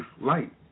light